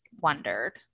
wondered